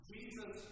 Jesus